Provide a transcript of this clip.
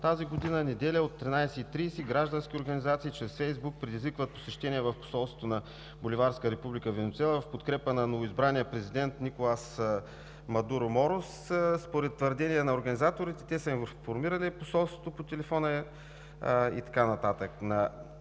2019 г., неделя, от 13,30 ч. граждански организации чрез Фейсбук предизвикват посещение в посолството на Боливарска Република Венецуела в подкрепа на новоизбрания президент Николас Мадуро Морос. Според твърдение на организаторите те са информирали посолството по телефона.